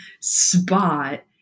spot